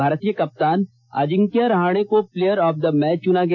भारतीय कप्तान अजिंक्या रहाणे को प्लेयर ऑफ द मैच चुना गया